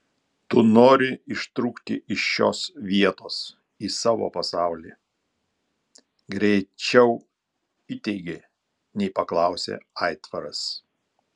tu nori ištrūkti iš šios vietos į savo pasaulį greičiau įteigė nei paklausė aitvaras